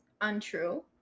untrue